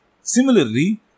Similarly